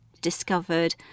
discovered